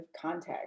context